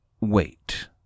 wait